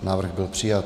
Návrh byl přijat.